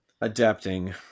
Adapting